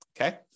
okay